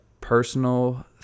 personal